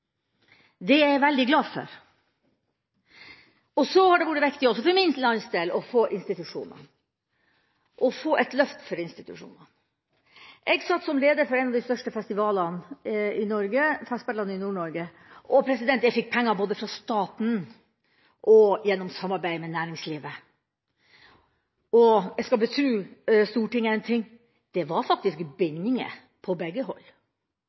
Det er jeg veldig glad for. Så har det vært viktig også for min landsdel å få et løft for institusjonene. Jeg satt som leder for en av de største festivalene i Norge, Festspillene i Nord-Norge. Jeg fikk penger både fra staten og gjennom samarbeid med næringslivet. Jeg skal betro Stortinget en ting: Det var faktisk bindinger på begge hold.